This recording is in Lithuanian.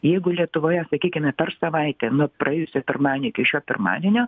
jeigu lietuvoje sakykime per savaitę nuo praėjusio pirmadienio iki šio pirmadienio